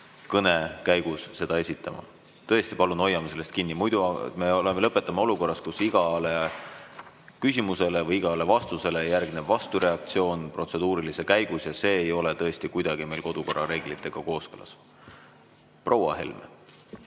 kõne käigus neid esitama. Tõesti, palun hoiame sellest kinni, muidu me lõpetame olukorras, kus igale küsimusele või igale vastusele järgneb vastureaktsioon protseduurilise käigus ja see ei ole tõesti kuidagi meil kodukorra reeglitega kooskõlas. Proua Helme.